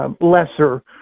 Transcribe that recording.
lesser